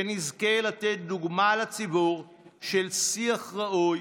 שנזכה לתת לציבור דוגמה של שיח ראוי